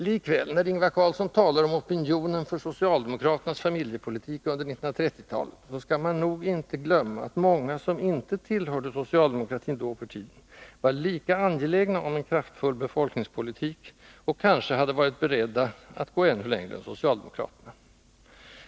Likväl: när Ingvar Carlsson talar om opinionen för socialdemokraternas familjepolitik under 1930-talet, skall man nog inte glömma att många, som inte tillhörde socialdemokratin då för tiden, var lika angelägna om en kraftfull befolkningspolitik som socialdemokraterna och kanske hade varit beredda att gå ännu längre än de.